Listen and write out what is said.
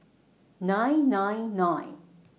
nine nine nine